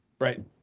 Right